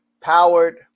Powered